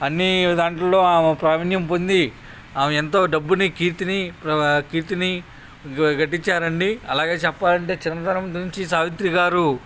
అన్నీ దాంట్లో ఆమె ప్రావీణ్యం పొంది ఆమె ఎంతో డబ్బుని కీర్తిని కీర్తిని ఘ ఘటించారండి అలాగే చెప్పాలంటే చిన్నతనం నుంచి సావిత్రి గారు